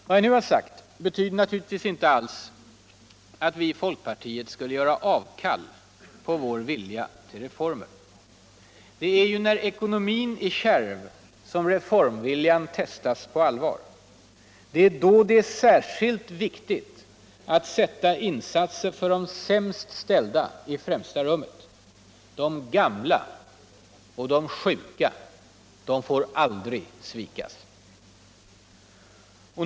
Vad jag nu har sagt betyvder naturiigtvis inte alls att vi i folkpartiet skulle göra avkall på vår vilja till reformer. När ekonomin är kärv testas reformviljan på allvar. Då är det särskilt viktigt att sätta insatser för de sämst ställda i främsta rummet. De gamla och de sjuka får aldrig svikas.